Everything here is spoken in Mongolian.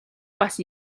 бас